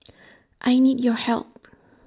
I need your help